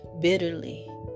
bitterly